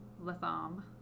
Latham